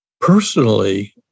personally